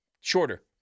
Shorter